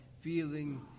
feeling